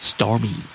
Stormy